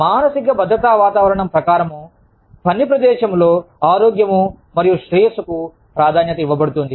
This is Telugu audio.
మానసిక భద్రతా వాతావరణం ప్రకారం పని ప్రదేశంలో ఆరోగ్యం మరియు శ్రేయస్సుకు ప్రాధాన్యత ఇవ్వబడుతుంది